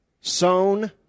sown